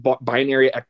binary